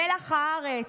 מלח הארץ,